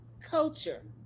Culture